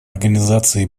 организации